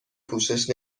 پوشش